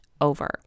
over